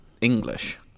English